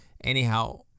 Anyhow